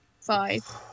five